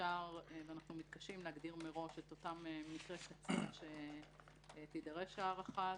ואנחנו מתקשים להגדיר מראש את אותם מקרי קצה שתידרש בהם ההארכה הזאת.